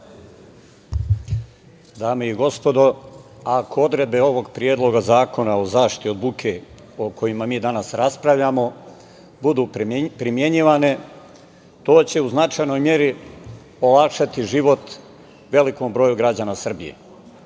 narodni poslanici, ako odredbe ovog predloga zakona o zaštiti od buke, o kojem mi danas raspravljamo, budu primenjivane to će u značajnoj meri olakšati život velikom broju građana Republike